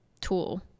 tool